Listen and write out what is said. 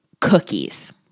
Cookies